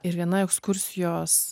ir viena ekskursijos